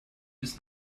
bis